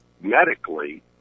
medically